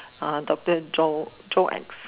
uh doctor Joe Joe X